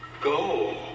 Go